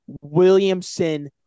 Williamson